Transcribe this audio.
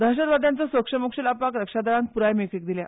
दहशतवाद्यांचो सोक्षमोक्ष लावपाक रक्षादळांक प्राय मेकळीक दिल्या